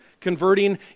converting